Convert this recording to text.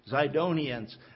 Zidonians